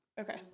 Okay